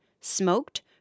smoked